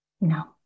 no